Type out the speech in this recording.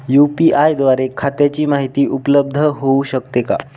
UPI द्वारे खात्याची माहिती उपलब्ध होऊ शकते का?